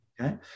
Okay